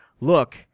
look